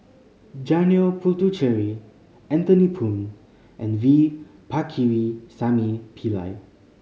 Janil Puthucheary Anthony Poon and V Pakirisamy Pillai